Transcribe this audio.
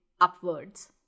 upwards